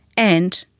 and,